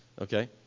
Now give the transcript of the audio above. okay